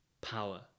power